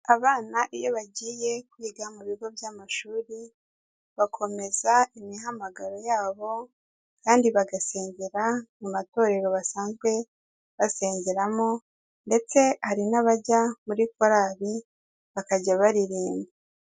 Abana iyo bagiye kwiga mu bigo by'amashuri, bakomeza imihamagaro yabo kandi bagasengera mu matorero basanzwe basengeramo ndetse hari n'abajya muri korali bakajya baririmba.